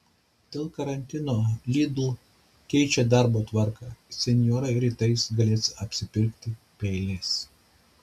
dėl karantino lidl keičia darbo tvarką senjorai rytais galės apsipirkti be eilės